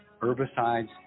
herbicides